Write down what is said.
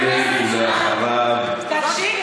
ואחרי זה העשרים-ואחת והעשרים-ושתיים,